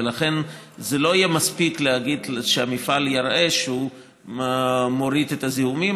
ולכן זה לא יהיה מספיק להגיד שהמפעל יראה שהוא מוריד את הזיהומים,